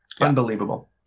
Unbelievable